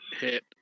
hit